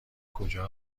کجا